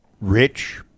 rich